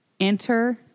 Enter